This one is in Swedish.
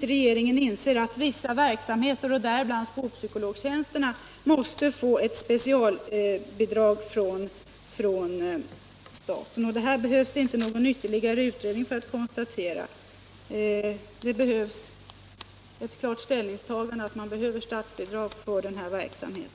regeringen inte inser att vissa verksamheter, däribland skolpsykologtjänsterna, måste få specialbidrag från staten. Att ett sådant bidrag erfordras behövs det inte någon ytterligare utredning för att konstatera, utan vad som krävs är bara ett klart ställningstagande. Det är nödvändigt med statsbidrag för den här verksamheten!